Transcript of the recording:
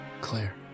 Claire